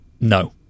no